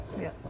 Yes